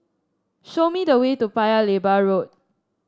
show me the way to Paya Lebar Road